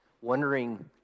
wondering